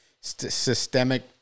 systemic